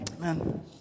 Amen